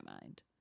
mind